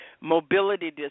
mobility